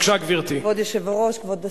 כבוד היושב-ראש, כבוד השרה,